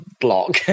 block